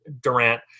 Durant